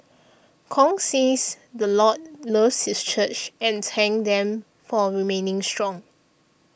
Kong says the Lord loves this church and thanked them for remaining strong